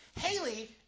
Haley